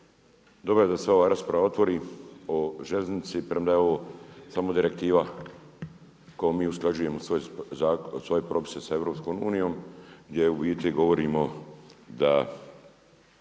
Dobro je da se ova rasprava otvori o željeznici premda je ovo samo direktiva kojom mi usklađujemo svoje propise sa EU gdje u biti govorimo da